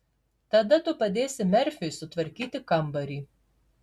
tada tu padėsi merfiui sutvarkyti kambarį